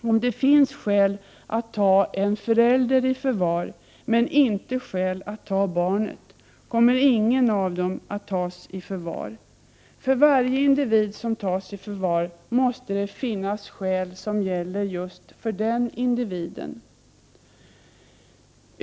Om det finns skäl att ta en förälder i förvar men inte skäl att ta barnet, kommer ingen av dem att tas i förvar. För varje individ som tas i förvar måste det finnas skäl som gäller just den individen.